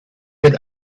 wird